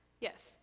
Yes